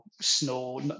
snow